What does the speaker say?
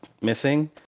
missing